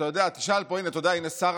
תשאל פה, הינה, שר